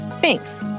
Thanks